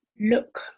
look